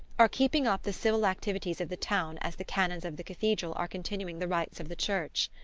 are keeping up the civil activities of the town as the canons of the cathedral are continuing the rites of the church.